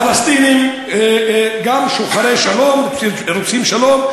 הפלסטינים גם הם שוחרי שלום, רוצים שלום.